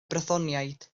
brythoniaid